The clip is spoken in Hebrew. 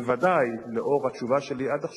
בוודאי, לאור התשובה שלי עד עכשיו,